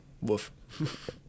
woof